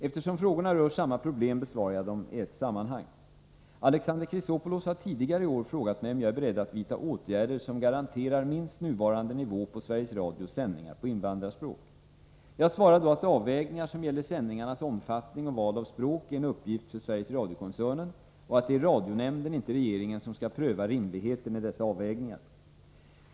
Eftersom frågorna rör samma problem besvarar jag dem i ett sammanhang. Alexander Chrisopoulos har tidigare i år frågat mig om jag är beredd att vidta åtgärder som garanterar minst nuvarande nivå på Sveriges Radios sändningar på invandrarspråk. Jag svarade då att avvägningar som gäller sändningarnas omfattning och val av språk är en uppgift för Sveriges Radio-koncernen och att det är radionämnden, inte regeringen, som skall pröva rimligheten i dessa avvägningar.